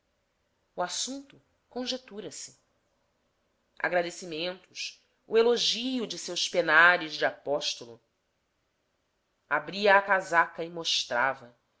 terra o assunto conjetura se agradecimentos o elogio de seus penares de apóstolo abria a casaca e mostrava